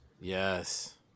yes